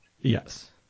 Yes